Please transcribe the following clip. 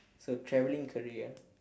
so traveling career